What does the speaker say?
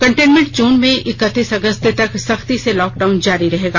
containment zone में इकतीस अगस्क तक सख्ती से लॉकडाउन जारी रहेगा